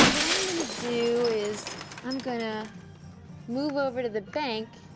ah what i'm gonna do is i'm gonna move over to the bank,